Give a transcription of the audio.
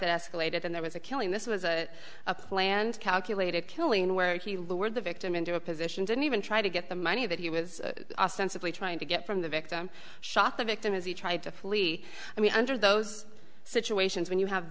that escalated and there was a killing this was a planned calculated killing where he lured the victim into a position didn't even try to get the money that he was ostensibly trying to get from the victim shot the victim as he tried to flee i mean under those situations when you have